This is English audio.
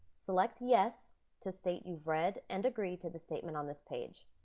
select yes to state you've read and agree to the statement on this page.